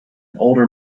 older